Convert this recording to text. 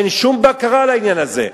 אין שום בקרה על העניין הזה,